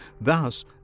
thus